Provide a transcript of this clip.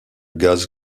gaz